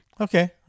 Okay